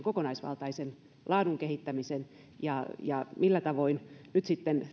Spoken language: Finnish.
kokonaisvaltaisen laadun kehittämisen ja ja millä tavoin käy nyt sitten